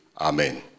Amen